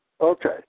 Okay